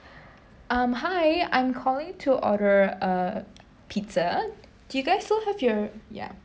um hi I'm calling to order uh pizza do you guys so have your ya